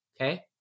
okay